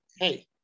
hey